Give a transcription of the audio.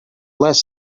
less